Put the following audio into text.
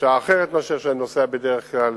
בשעה אחרת מאשר שאני נוסע בדרך כלל,